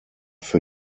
für